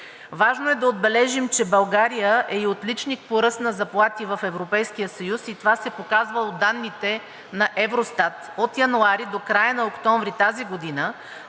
Важно е да отбележим, че България е и отличник по ръст на заплати в Европейския съюз и това се показва от данните на Евростат. От януари до края на октомври тази година